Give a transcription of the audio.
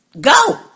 go